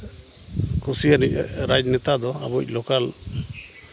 ᱠᱩᱥᱤᱭᱟᱜ ᱨᱟᱡᱽ ᱱᱮᱛᱟ ᱫᱚ ᱞᱳᱠᱟᱞ